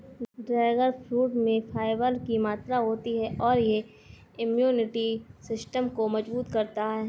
dragon fruit में fibre की मात्रा होती है और यह इम्यूनिटी सिस्टम को मजबूत करता है